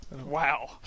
Wow